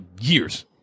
years